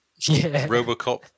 Robocop